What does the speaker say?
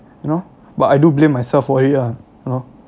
you know but I do blame myself for it ah you know